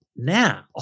Now